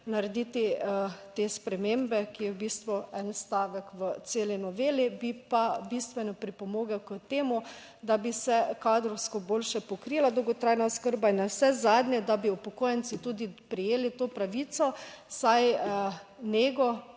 narediti te spremembe, ki je v bistvu en stavek v celi noveli. Bi pa bistveno pripomogel k temu, da bi se kadrovsko boljše pokrila dolgotrajna oskrba in navsezadnje, da bi upokojenci tudi prejeli to pravico, saj nego